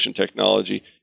technology